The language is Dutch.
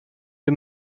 bij